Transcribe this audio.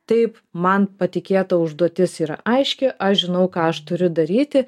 taip man patikėta užduotis yra aiški aš žinau ką aš turiu daryti